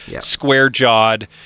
square-jawed